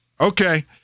Okay